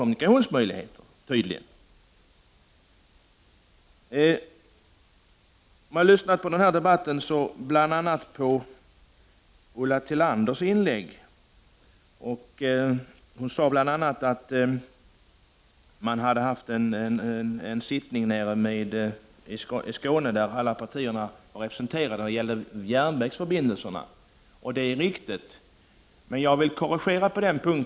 Ulla Tillander sade i sitt inlägg bl.a. att man nere i Skåne hade haft en sittning om järnvägsförbindelserna, där alla partier var representerade. Det är riktigt. Jag vill dock korrigera henne på en punkt.